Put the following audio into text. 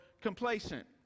complacent